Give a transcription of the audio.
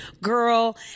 Girl